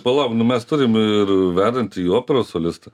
palauk mes turim ir vedantį operos solistą